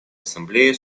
ассамблее